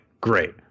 great